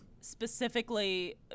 specifically